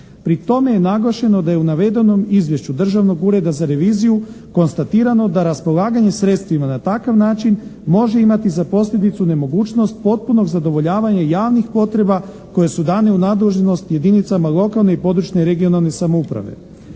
Pri tome je naglašeno da je u navedenom Izvješću državnog ureda za reviziju konstatirano da raspolaganje sredstvima na takav način može imati za posljedicu nemogućnost potpunog zadovoljavanja javnih potreba koje su dane u nadležnost jedinicama lokalne i područne (regionalne) samouprave.